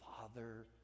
father